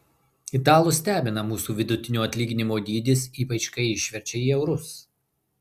italus stebina mūsų vidutinio atlyginimo dydis ypač kai išverčia į eurus